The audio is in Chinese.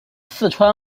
四川